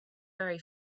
very